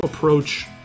approach